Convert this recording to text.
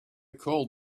called